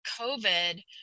COVID